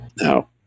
Now